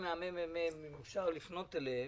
והמידע, אם אפשר לפנות אליהם,